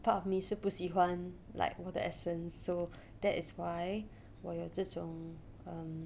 part of me 是不喜欢 like 我的 essence so that is why 我有这种 um